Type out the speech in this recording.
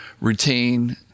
routine